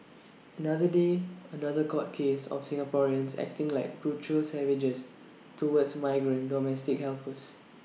another day another court case of Singaporeans acting like brutal savages towards migrant domestic helpers